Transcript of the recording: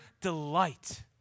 delight